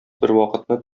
бервакытны